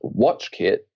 WatchKit